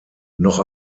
noch